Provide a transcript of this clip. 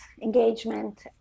engagement